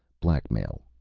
blackmail.